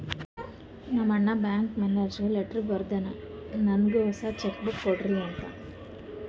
ನಮ್ ಅಣ್ಣಾ ಬ್ಯಾಂಕ್ ಮ್ಯಾನೇಜರ್ಗ ಲೆಟರ್ ಬರ್ದುನ್ ನನ್ನುಗ್ ಹೊಸಾ ಚೆಕ್ ಬುಕ್ ಕೊಡ್ರಿ ಅಂತ್